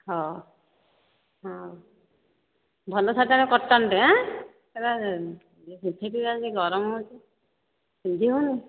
ହଁ ହେଉ ଭଲ ଶାଢ଼ୀଟା କଟନ୍ଟେ ହାଁ ଏ ସିନ୍ଥେଟିକ୍ ଗୁଡ଼ାକ ଗରମ ହେଉଛି ପିନ୍ଧି ହେଉନି